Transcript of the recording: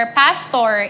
pastor